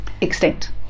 extinct